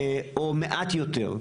או מעט יותר.